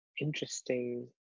interesting